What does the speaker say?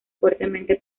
fuertemente